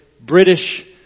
British